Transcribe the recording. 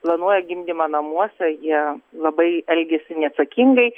planuoja gimdymą namuose jie labai elgiasi neatsakingai